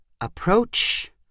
Approach